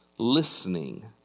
Listening